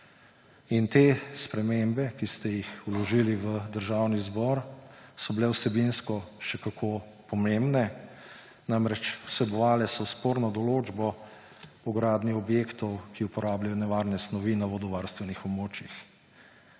In te spremembe, ki ste jih vložili v Državni zbor, so bile vsebinsko še kako pomembne, vsebovale so namreč sporno določbo o gradnji objektov, ki uporabljajo nevarne snovi, na vodovarstvenih območjih.